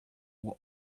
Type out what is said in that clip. will